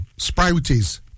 sprouties